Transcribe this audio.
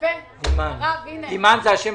צריך ב-13:30